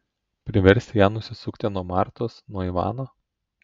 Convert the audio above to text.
priversti ją nusisukti nuo martos nuo ivano